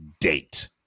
date